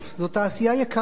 זו תעשייה יקרה.